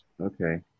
Okay